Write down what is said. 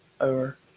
Over